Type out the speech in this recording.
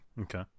Okay